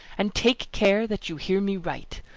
and take care that you hear me right.